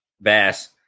bass